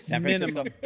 Minimum